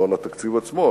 לא התקציב עצמו,